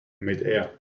midair